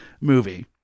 movie